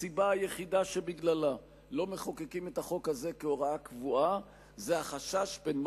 הסיבה היחידה שבגללה לא מחוקקים את החוק הזה כהוראה קבועה זה החשש פן,